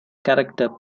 character